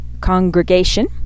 congregation